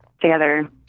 together